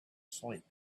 sleep